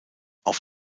auf